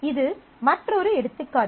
இது மற்றொரு எடுத்துக்காட்டு